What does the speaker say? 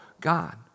God